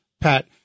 Pat